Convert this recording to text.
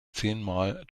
zehnmal